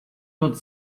todos